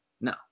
No